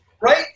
Right